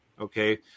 Okay